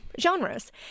genres